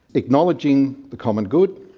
acknowledging common good,